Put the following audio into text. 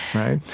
right?